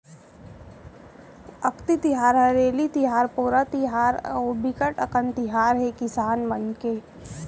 अक्ति तिहार, हरेली तिहार, पोरा तिहार अउ बिकट अकन तिहार हे किसान मन के